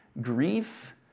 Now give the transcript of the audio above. grief